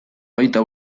baita